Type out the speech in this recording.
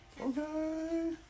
Okay